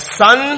son